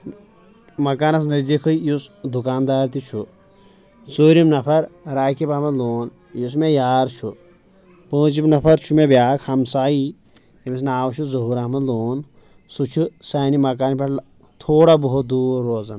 مکانس نزدیکھٕے یُس دُکاندار تہِ چھُ ژورِم نفر راقب احمد لون یُس مےٚ یار چھُ پونٛژِم نفر چھُ مےٚ بیاکھ ہمسایی یمِس ناو چھُ ظہور احمد لون سُہ چھُ سانہِ مکان پٮ۪ٹھ تھوڑا بہت دور روزان